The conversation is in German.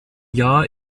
jahr